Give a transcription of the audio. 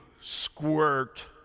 squirt